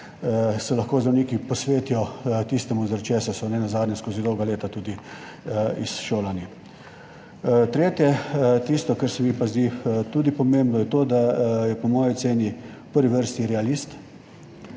se lahko zdravniki posvetijo tistemu, zaradi česar so nenazadnje skozi dolga leta tudi izšolani. Tretje, kar se mi pa zdi tudi pomembno je to, da je po moji oceni v prvi vrsti realist.